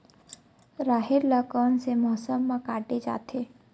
राहेर ल कोन से मौसम म काटे जाथे?